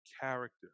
character